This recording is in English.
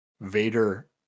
Vader